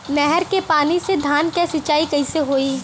नहर क पानी से धान क सिंचाई कईसे होई?